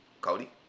Cody